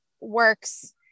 works